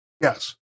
Yes